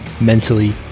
mentally